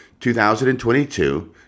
2022